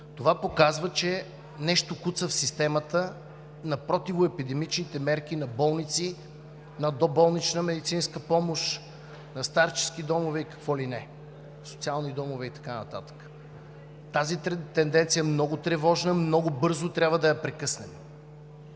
Това показва, че нещо куца в системата на противоепидемичните мерки на болници, на доболнична медицинска помощ, на старчески домове и какво ли не – социални домове и така нататък. Тази тенденция е много тревожна, много бързо трябва да я прекъснем!